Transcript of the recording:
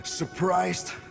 Surprised